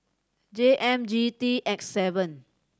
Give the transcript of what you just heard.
J M G T X seven